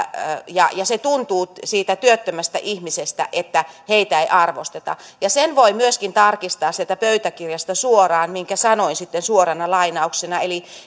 ja se tuntuu siitä työttömästä ihmisestä siltä että heitä ei arvosteta sen voi myöskin tarkistaa sieltä pöytäkirjasta suoraan minkä sanoin sitten suorana lainauksena eli